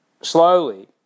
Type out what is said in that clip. slowly